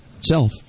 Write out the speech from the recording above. self